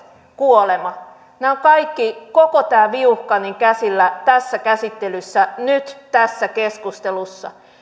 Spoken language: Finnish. kuolema nämä ovat kaikki koko tämä viuhka käsillä tässä käsittelyssä nyt tässä keskustelussa